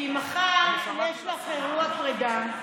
כי מחר יש לך אירוע פרידה,